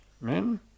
men